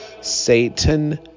Satan